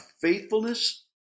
faithfulness